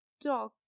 dog